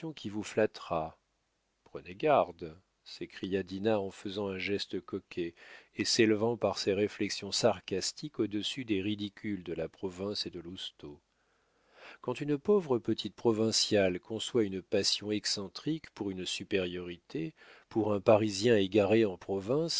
qui vous flattera prenez garde s'écria dinah en faisant un geste coquet et s'élevant par ces réflexions sarcastiques au-dessus des ridicules de la province et de lousteau quand une pauvre petite provinciale conçoit une passion excentrique pour une supériorité pour un parisien égaré en province